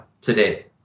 today